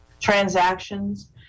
transactions